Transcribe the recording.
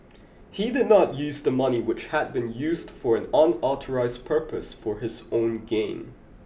he did not use the money which had been used for an unauthorised purpose for his own gain